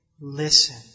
listen